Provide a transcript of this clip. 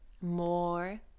more